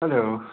hello